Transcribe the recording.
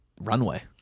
runway